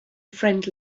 friend